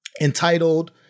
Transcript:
entitled